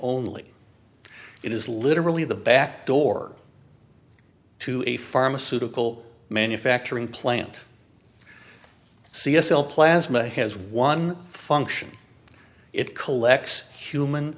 only it is literally the back door to a pharmaceutical manufacturing plant c s l plasma has one function it collects human